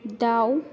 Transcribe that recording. दाउ